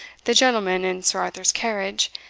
the gentleman in sir arthur's carriage,